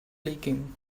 leaking